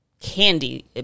candy